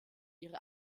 ihre